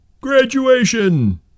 Graduation